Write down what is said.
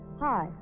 Hi